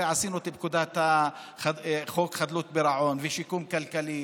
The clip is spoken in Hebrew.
הרי עשינו את חוק חדלות פירעון ושיקום כלכלי